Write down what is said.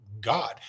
God